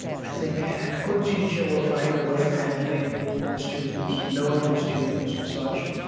i think a good teacher will find a way of handling the students, knowing the students and such.